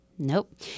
Nope